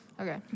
Okay